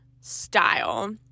style